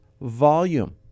volume